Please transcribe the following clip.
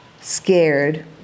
scared